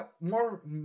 more